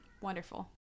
Wonderful